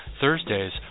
Thursdays